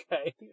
Okay